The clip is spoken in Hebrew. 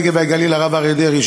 הנגב והגליל הרב אריה דרעי,